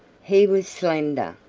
he was slender,